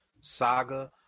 saga